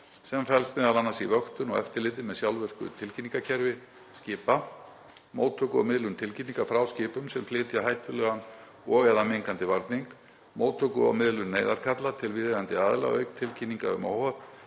sem felst m.a. í vöktun og eftirliti með sjálfvirku tilkynningarkerfi skipa, móttöku og miðlun tilkynninga frá skipum sem flytja hættulegan og/eða mengandi varning, móttöku og miðlun neyðarkalla til viðeigandi aðila, auk tilkynninga um óhöpp